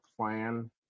plan